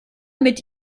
mit